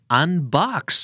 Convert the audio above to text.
unbox